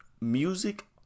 music